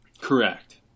Correct